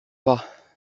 pas